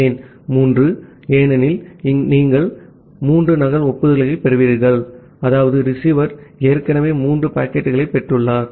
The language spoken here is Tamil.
ஏன் 3 எனில் நீங்கள் மூன்று நகல் ஒப்புதல்களைப் பெற்றுள்ளீர்கள் அதாவது ரிசீவர் ஏற்கனவே மூன்று பாக்கெட்டுகளைப் பெற்றுள்ளார்